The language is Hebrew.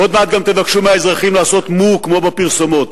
ועוד מעט גם תבקשו מהאזרחים לעשות "מווו" כמו בפרסומות.